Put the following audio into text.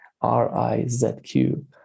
R-I-Z-Q